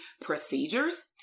procedures